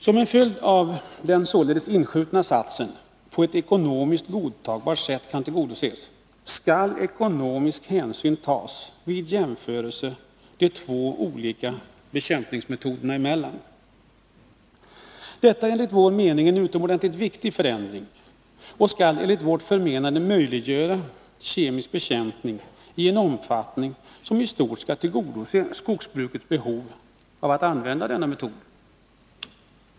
Som en följd av tillägget ”på ett ekonomiskt godtagbart sätt” skall ekonomisk hänsyn tas vid jämförelse mellan de två olika metoderna. Detta är enligt vår mening en utomordentligt viktig förändring, som möjliggör kemisk bekämpning i en omfattning som i stort sett skall tillgodose skogsbrukets behov av att använda denna metod.